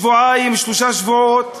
לשבועיים, שלושה שבועות.